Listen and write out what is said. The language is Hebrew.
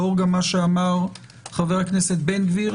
לאור גם מה שאמר חבר הכנסת בן גביר,